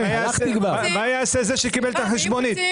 מה יעשה זה שקיבל את החשבונית?